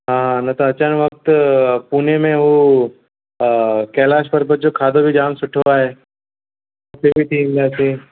हा न त अचनि वक़्त पुने में उहो कैलाश पर्बत जो खाधो बि जाम सुठो आहे हुते बि थी ईंदासीं